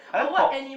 I like pork